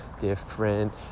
different